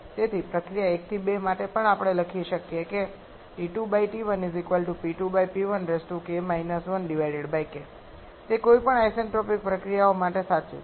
તેથી પ્રક્રિયા 1 થી 2 માટે આપણે લખી શકીએ કે તે કોઈપણ આઇસેન્ટ્રોપિક પ્રક્રિયાઓ માટે સાચું છે